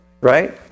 right